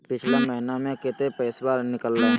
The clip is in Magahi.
पिछला महिना मे कते पैसबा निकले हैं?